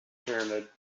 pyramid